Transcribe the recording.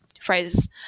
phrases